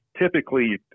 typically